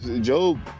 Job